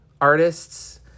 artists